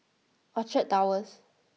Orchard Towers